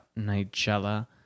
Nigella